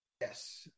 Yes